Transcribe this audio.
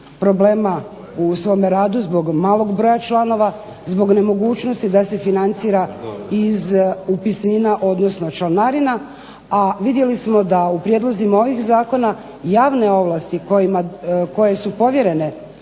problema u svome radu zbog malog broja članova, zbog nemogućnosti da se financira iz upisnina, odnosno članarina, a vidjeli smo da u prijedlozima ovih zakona javne ovlasti koje su povjerene